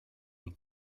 den